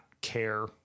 care